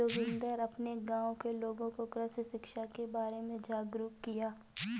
जोगिंदर अपने गांव के लोगों को कृषि शिक्षा के बारे में जागरुक किया